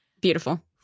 Beautiful